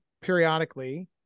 periodically